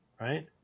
right